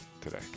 today